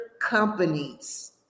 companies